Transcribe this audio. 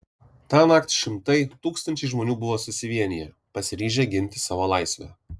tąnakt šimtai tūkstančiai žmonių buvo susivieniję pasiryžę ginti savo laisvę